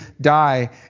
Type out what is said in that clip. die